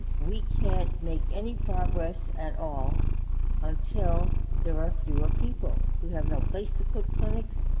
we can't make any progress at all until there are fewer people we have no place to put clinics.